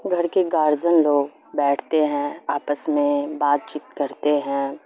گھر کے گارزن لوگ بیٹھتے ہیں آپس میں بات چیت کرتے ہیں